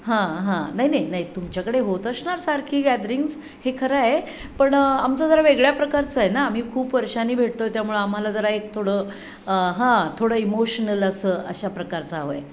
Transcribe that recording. हां हां नाही नाही नाही तुमच्याकडे होत असणार सारखी गॅदरिंग्स हे खरं आहे पण आमचं जरा वेगळ्या प्रकारचं आहे ना आम्ही खूप वर्षानी भेटतो आहे त्यामुळे आम्हाला जरा एक थोडं हां थोडं इमोशनल असं अशा प्रकारचं हवं आहे